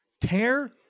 Tear